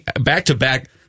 back-to-back